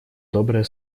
добрые